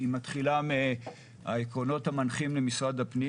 מתחילה מהעקרונות המנחים למשרד הפנים,